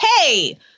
hey